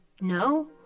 no